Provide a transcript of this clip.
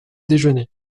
déjeuner